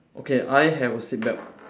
okay I have a seat belt